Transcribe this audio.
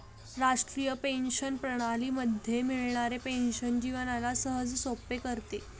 राष्ट्रीय पेंशन प्रणाली मध्ये मिळणारी पेन्शन जीवनाला सहजसोपे करते